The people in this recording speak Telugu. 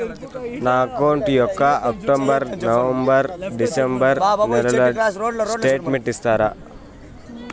నా అకౌంట్ యొక్క అక్టోబర్, నవంబర్, డిసెంబరు నెలల స్టేట్మెంట్ ఇస్తారా?